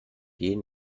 jeden